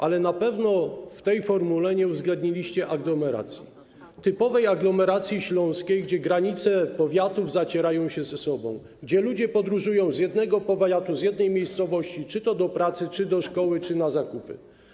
Ale na pewno w tej formule nie uwzględniliście aglomeracji, typowej aglomeracji śląskiej, gdzie granice powiatów się zacierają, gdzie ludzie podróżują z jednego powiatu, z jednej miejscowości do innych, czy to do pracy, czy do szkoły, czy na zakupy.